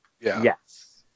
yes